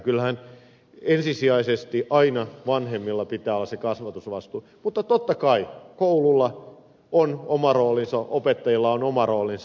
kyllähän ensisijaisesti aina vanhemmilla pitää olla se kasvatusvastuu mutta totta kai koululla on oma roolinsa opettajilla on oma roolinsa